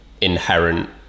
inherent